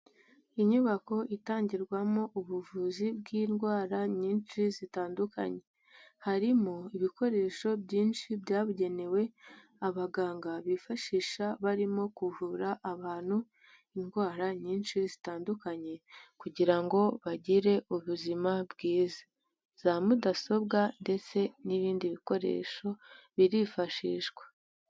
Inyubako itangirwamo ubuvuzi bw'indwara nyinshi zitandukanye. Harimo ibikoresho byinshi byabugenewe abaganga bifashisha barimo kuvura abantu indwara nyinshi zitandukanye kugira ngo bagire ubuzima bwiza. Za mudasobwa ndetse n'ibindi bikoresho birifashishwa.